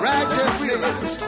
Righteousness